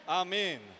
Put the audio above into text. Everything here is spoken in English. amen